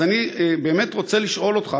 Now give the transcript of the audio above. אני באמת רוצה לשאול אותך,